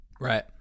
right